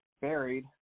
buried